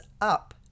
up